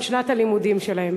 את שנת הלימודים שלהם,